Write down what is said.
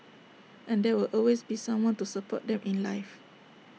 and there will always be someone to support them in life